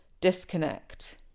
disconnect